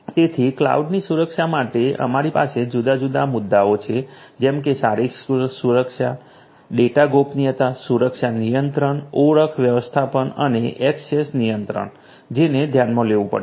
તેથી કલાઉડની સુરક્ષા માટે અમારી પાસે બધા જુદા જુદા મુદ્દાઓ છે જેમ કે શારીરિક સુરક્ષા ડેટા ગોપનીયતા સુરક્ષા નિયંત્રણ ઓળખ વ્યવસ્થાપન અને ઍક્સેસ નિયંત્રણ જેને ધ્યાનમાં લેવું પડશે